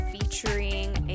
featuring